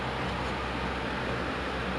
so what are you planning to do for your future